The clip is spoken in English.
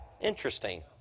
Interesting